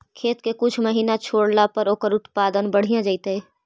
खेत के कुछ महिना छोड़ला पर ओकर उत्पादन बढ़िया जैतइ?